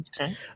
okay